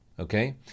Okay